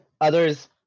others